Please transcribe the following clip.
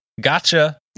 Gotcha